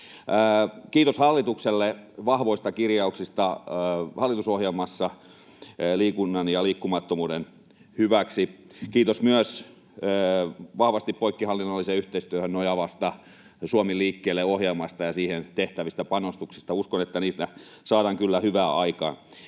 Kiitos hallitukselle vahvoista kirjauksista hallitusohjelmassa liikunnan ja liikkumattomuuden hyväksi. Kiitos myös vahvasti poikkihallinnolliseen yhteistyöhön nojaavasta Suomi liikkeelle ‑ohjelmasta ja siihen tehtävistä panostuksista. Uskon, että niistä saadaan kyllä hyvää aikaan.